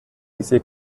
diese